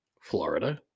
Florida